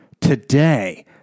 Today